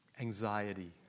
Anxiety